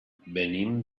venim